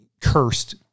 cursed